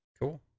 Cool